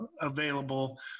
available